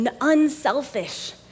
unselfish